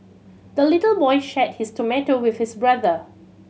the little boy shared his tomato with his brother